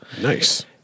Nice